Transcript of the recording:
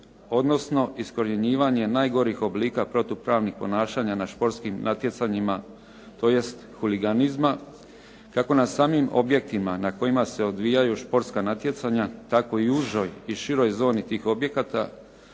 odnosno iskorjenjivanje najgorih oblika protupravnih ponašanja na športskim natjecanjima tj. huliganizma kako na samim objektima na kojima se odvijaju športska natjecanja tako i u užoj i široj zoni tih objekata,